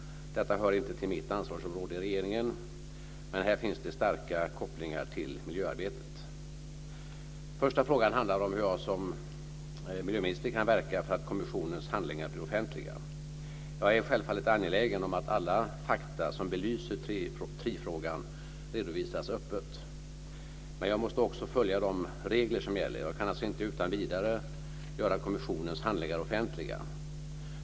Detta hör inte till mitt ansvarsområde i regeringen, men det finns starka kopplingar till miljöarbetet. Första frågan handlar om hur jag, som miljöminister, kan verka för att kommissionens handlingar blir offentliga. Jag är självfallet angelägen om att alla fakta som belyser tri-frågan redovisas öppet. Men jag måste också följa de regler som gäller. Jag kan alltså inte utan vidare göra kommissionens handlingar offentliga.